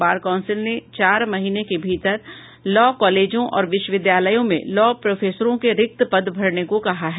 बार council ने चार महीने के भीतर लॉ कॉलेजों और विश्वविद्यालयों में लॉ प्रोफेसरों के रिक्त पद भरने को कहा है